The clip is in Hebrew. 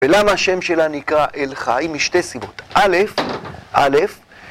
ולמה השם שלו נקרא אל חי? א' א'